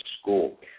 school